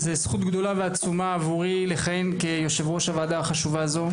זו זכות גדולה ועצומה עבורי לכהן כיושב-ראש הוועדה החשובה הזו,